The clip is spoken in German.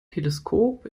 teleskop